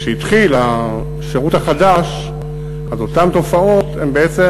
כשהתחיל השירות החדש אז אותן תופעות בעצם